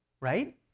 Right